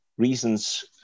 reasons